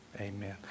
Amen